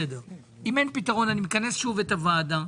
אם אין פתרון אני אכנס שוב את הוועדה.